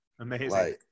Amazing